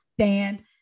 stand